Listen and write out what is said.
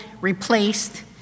replaced